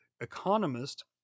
economist